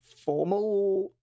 formal